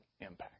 impact